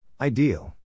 Ideal